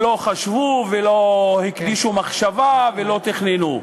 שלא חשבו עליו ולא הקדישו לו מחשבה ולא תכננו.